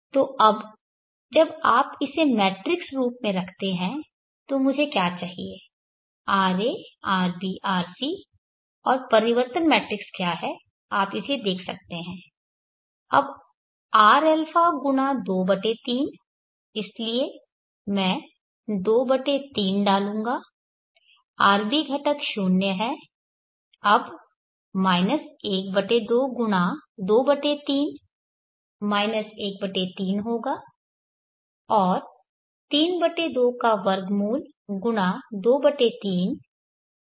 तो अब जब आप इसे मैट्रिक्स रूप में रखते हैं तो मुझे क्या चाहिए ra rb rc और परिवर्तन मैट्रिक्स क्या है आप इसे देख सकते हैं अब rα गुणा 23 इसलिए मैं 23 डालूंगा rβ घटक 0 है अब 12 गुणा 23 13 होगा और √32 गुणा 23 1√3 होगा